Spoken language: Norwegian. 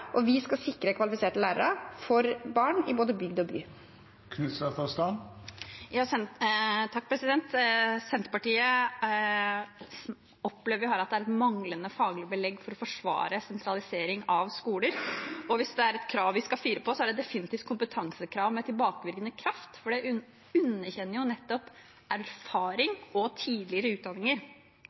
og vi skal sikre kvalifiserte lærere for barn i både bygd og by. Senterpartiet opplever at det er et manglende faglig belegg for å forsvare sentralisering av skoler, og hvis det er et krav vi skal fire på, er det definitivt kompetansekrav med tilbakevirkende kraft, for det underkjenner nettopp erfaring og tidligere utdanninger.